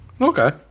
Okay